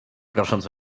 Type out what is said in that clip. prosząc